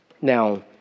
Now